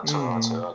mm